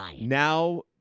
now